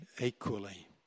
equally